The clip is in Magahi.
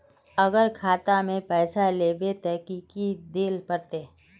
अगर खाता में पैसा लेबे ते की की देल पड़ते?